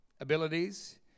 abilities